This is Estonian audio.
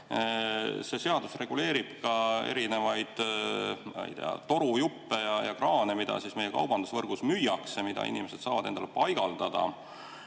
See seadus reguleerib ka erinevaid torujuppe ja kraane, mida meie kaubandusvõrgus müüakse ja mida inimesed saavad enda tarbeks paigaldada.